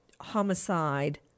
homicide